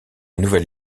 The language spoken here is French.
nouvel